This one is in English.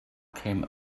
came